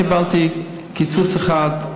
קיבלתי קיצוץ אחד,